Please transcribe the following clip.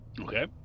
Okay